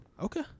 Okay